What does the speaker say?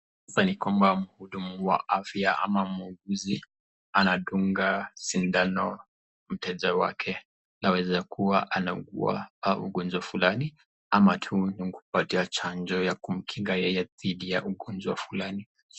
Hapa ni kwamba mhudumu wa afya ama muuguzi anadunga sindano mteja wake . Inaweza kuwa anaugua ugonjwa fulani ama tu ni kumpatia chanjo ya kumkinga yeye dhidi ya ugonjwa fulani.